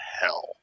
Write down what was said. hell